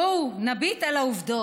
בואו נביט על העובדות,